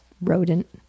rodent